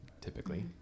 typically